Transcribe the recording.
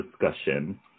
discussion